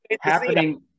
happening